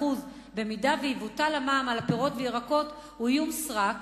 אם יבוטל המע"מ על הפירות והירקות הוא איום סרק